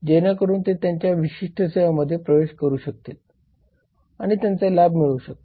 जेणेकरून ते त्यांच्या विशिष्ट सेवेमध्ये प्रवेश करू शकतील आणि त्याचा लाभ मिळवू शकतील